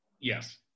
yes